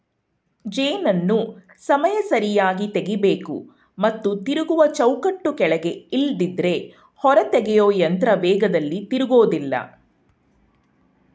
ಜೇನನ್ನು ಸಮಯ ಸರಿಯಾಗಿ ತೆಗಿಬೇಕು ಮತ್ತು ತಿರುಗುವ ಚೌಕಟ್ಟು ಕೆಳಗೆ ಇಲ್ದಿದ್ರೆ ಹೊರತೆಗೆಯೊಯಂತ್ರ ವೇಗದಲ್ಲಿ ತಿರುಗೋದಿಲ್ಲ